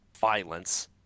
violence